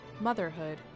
motherhood